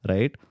Right